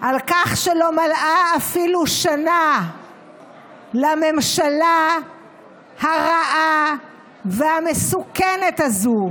על כך שלא מלאה אפילו שנה לממשלה הרעה והמסוכנת הזו,